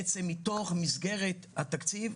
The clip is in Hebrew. מתוך מסגרת התקציב,